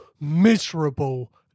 miserable